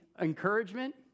encouragement